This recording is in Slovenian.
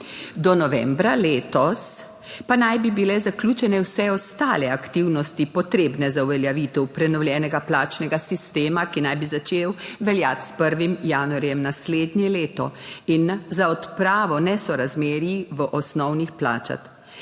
Do novembra letos pa naj bi bile zaključene vse ostale aktivnosti, potrebne za uveljavitev prenovljenega plačnega sistema, ki naj bi začel veljati s 1. januarjem naslednje leto, in za odpravo nesorazmerij v osnovnih plačah.